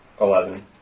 Eleven